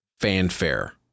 fanfare